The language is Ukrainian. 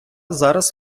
зараз